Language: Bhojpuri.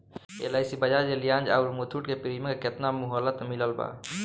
एल.आई.सी बजाज एलियान्ज आउर मुथूट के प्रीमियम के केतना मुहलत मिलल बा?